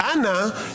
השאלה היא מאוד ברורה.